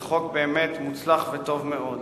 זה חוק מוצלח וטוב מאוד.